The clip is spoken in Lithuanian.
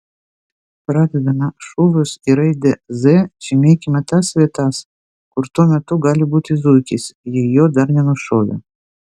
pradedame šūvius ir raide z žymėkime tas vietas kur tuo metu gali būti zuikis jei jo dar nenušovė